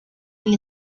del